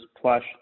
plush